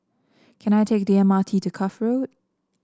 can I take the M R T to Cuff Road